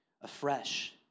afresh